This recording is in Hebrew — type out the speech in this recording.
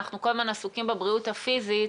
אנחנו כל הזמן עסוקים בבריאות הפיזית,